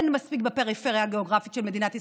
אין מספיק בפריפריה הגיאוגרפית של מדינת ישראל,